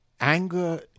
Anger